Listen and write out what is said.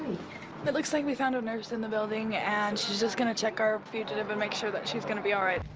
it looks like we found a nurse in the building and she's just going to check our fugitive and make sure that she's going to be all right.